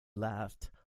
laughed